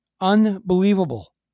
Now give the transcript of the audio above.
Unbelievable